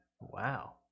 Wow